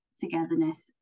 togetherness